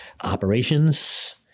operations